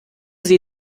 sie